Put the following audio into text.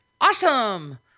awesome